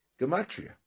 gematria